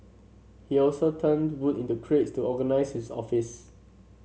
he also turned wood into crates to organise his office